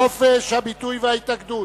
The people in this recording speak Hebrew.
חופש הביטוי וההתאגדות,